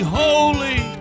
holy